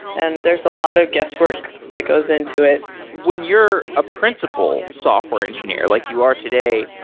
and there is a lot of guess work that goes into it when you're a principal software engineer, like you are today,